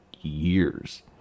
years